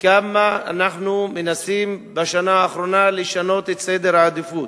כמה אנחנו מנסים בשנה האחרונה לשנות את סדר העדיפות.